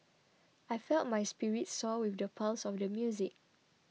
I felt my spirits soar with the pulse of the music